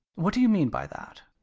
what d'you mean by that?